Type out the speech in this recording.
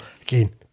again